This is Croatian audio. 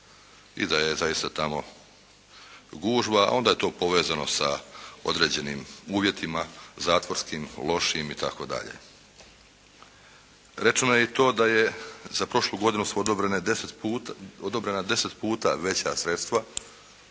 i da je zaista tamo gužva, onda je to povezano sa određenim uvjetima zatvorskim, lošim itd. Rečeno je i to da je za prošlu godinu su odobrena deset puta veća sredstva